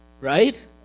right